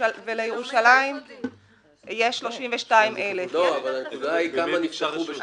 לירושלים יש 32,000. אבל הנקודה היא כמה נפתחו בשנת 2017?